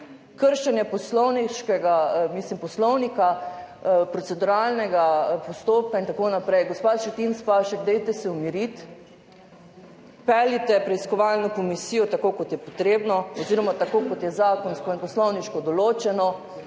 zdaj narejeno, kršenje Poslovnika, proceduralnega postopka in tako naprej. Gospa Šetinc Pašek, dajte se umiriti. Peljite preiskovalno komisijo tako, kot je potrebno oziroma tako, kot je zakonsko in poslovniško določeno,